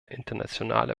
internationale